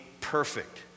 perfect